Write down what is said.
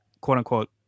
quote-unquote